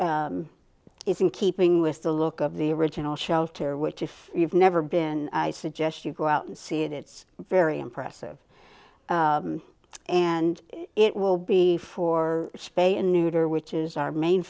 is in keeping with the look of the original shelter which if you've never been i suggest you go out and see it it's very impressive and it will be for space and neuter which is our main